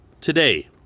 today